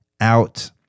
out